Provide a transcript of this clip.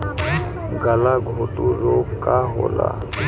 गलघोटू रोग का होला?